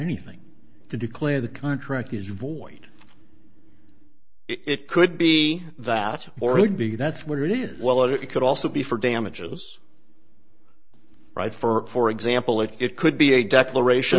anything to declare the contract is void it could be that or it would be that's what it is well it could also be for damages right for example if it could be a declaration